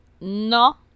no